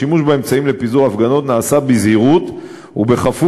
השימוש באמצעים לפיזור הפגנות נעשה בזהירות ובכפוף